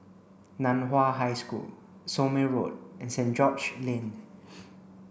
Nan Hua High School Somme Road and Saint George's Lane